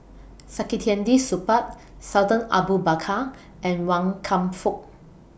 Saktiandi Supaat Sultan Abu Bakar and Wan Kam Fook